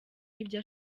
ibyo